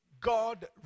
God